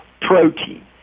protein